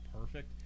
perfect